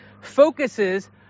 focuses